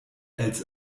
als